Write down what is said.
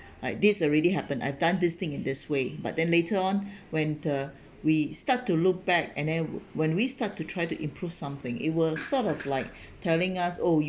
like this already happened I've done this thing in this way but then later on when the we start to look back and then when we start to try to improve something it will sort of like telling us oh you